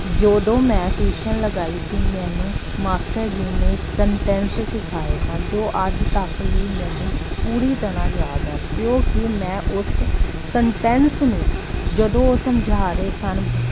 ਜਦੋਂ ਮੈਂ ਟਿਊਸ਼ਨ ਲਗਾਈ ਸੀ ਮੈਨੂੰ ਮਾਸਟਰ ਜੀ ਨੇ ਸਟੈਂਨਸ ਸਿਖਾਏ ਸਨ ਜੋ ਅੱਜ ਤੱਕ ਵੀ ਮੈਨੂੰ ਪੂਰੀ ਤਰ੍ਹਾਂ ਯਾਦ ਹਨ ਕਿਉਂਕਿ ਮੈਂ ਉਸ ਸਟੈਂਨਸ ਨੂੰ ਜਦੋਂ ਉਹ ਸਮਝਾ ਰਹੇ ਸਨ